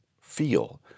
feel